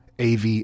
AV